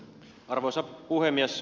arvoisa puhemies